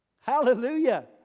Hallelujah